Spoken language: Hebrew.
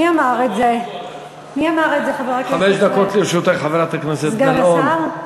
מי אמר את זה, חבר הכנסת סוייד, סגן השר?